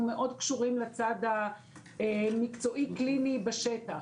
מאוד קשורים לצד המקצועי קליני בשטח,